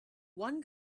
one